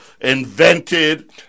invented